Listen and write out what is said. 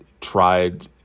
tried